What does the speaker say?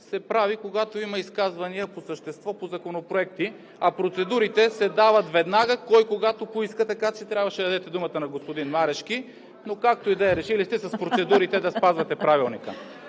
се прави, когато има изказвания по същество по законопроекти, а процедурите се дават веднага – кой когато поиска. Така че трябваше да дадете думата на господин Марешки, но както и да е, решили сте с процедурите да спазвате Правилника.